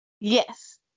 Yes